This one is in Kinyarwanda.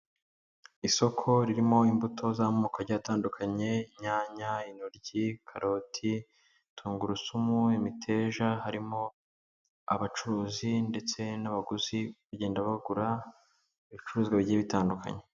Isoko ririmo imbuto z'amoko agiye atandukanye, inyanya, intoryi, karoti, tungurusumu, imiteja, harimo abacuruzi ndetse n'abaguzi bagenda bagura ibicuruzwa bigiye bitandukanye.